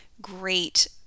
great